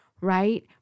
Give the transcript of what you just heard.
right